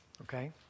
okay